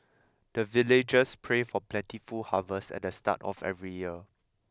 the villagers pray for plentiful harvest at the start of every year